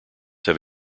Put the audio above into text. have